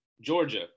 Georgia